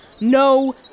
No